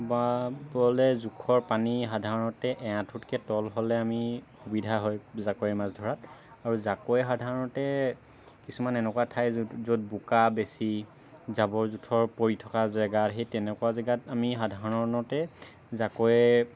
বাবলৈ জোখৰ পানী সাধাৰণতে এআঠুতকৈ তল হ'লে আমি সুবিধা হয় জাকৈয়ে মাছ ধৰাত আৰু জাকৈ সাধাৰণতে কিছুমান এনেকুৱা ঠাইত য'ত বোকা বেছি জাবৰ জোথৰ পৰি থকা জেগা সেই তেনেকুৱা জেগাত আমি সাধাৰণতে জাকৈয়ে